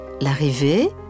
L'arrivée